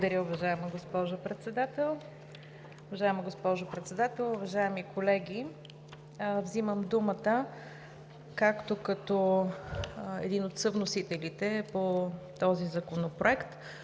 Председател. Уважаема госпожо Председател, уважаеми колеги! Взимам думата както като един от съвносителите по този законопроект,